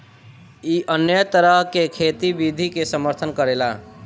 इ अन्य तरह के खेती के विधि के समर्थन करेला